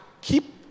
keep